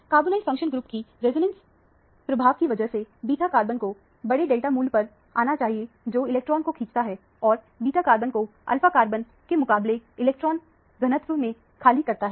carbonyl functional group की resonance प्रभाव की वजह से बीटा कार्बन को बड़े डेल्टा मूल्य पर आना चाहिए जो इलेक्ट्रॉन को खींचता है और बीटा कार्बन को अल्फा कार्बन के मुकाबले इलेक्ट्रॉन घनत्व में खाली करता है